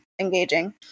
engaging